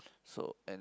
so and